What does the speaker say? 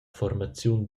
formaziun